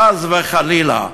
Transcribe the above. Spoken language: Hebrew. חס וחלילה,